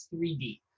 3D